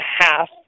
half